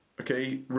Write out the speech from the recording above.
Okay